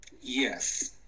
Yes